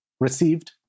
received